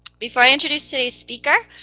before i introduce today's speaker,